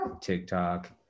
TikTok